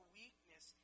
weakness